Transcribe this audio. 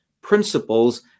principles